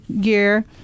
gear